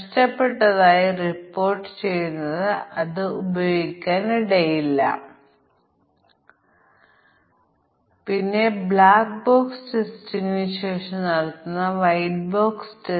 അതിനാൽ രണ്ട് അതിരുകളിലുമുള്ള ഓരോ വേരിയബിളിനും മൂന്നെണ്ണം അത് 6 ആക്കുന്നു കൂടാതെ എല്ലാ അതിരുകൾക്കും ഞങ്ങൾക്ക് 6